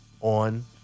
on